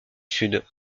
sud